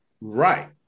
Right